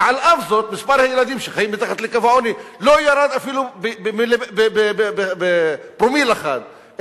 ועל אף זאת מספר הילדים שחיים מתחת לקו העוני לא ירד אפילו בפרומיל אחד,